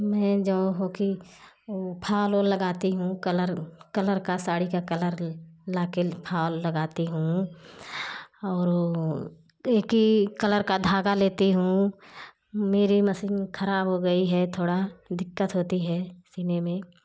मैं जौं होकि ओ फाल उल लगाती हूँ कलर कलर का साड़ी का कलर्ल लाके फॉल हूँ और उस एक ही कलर का धागा लेती हूँ मेरी मसीन खराब हो गई है थोड़ा दिक्कत होती है सिलने में